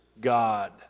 God